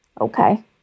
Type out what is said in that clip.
okay